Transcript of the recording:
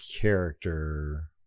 character